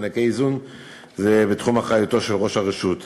מענקי איזון הם בתחום אחריותו של ראש הרשות.